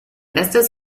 bestes